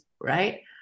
right